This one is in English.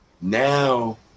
now